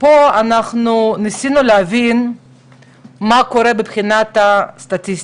אנחנו ניסינו להבין מה קורה מבחינה סטטיסטית.